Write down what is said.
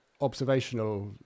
observational